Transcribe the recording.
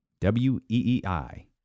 W-E-E-I